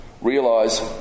realise